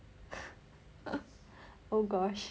oh gosh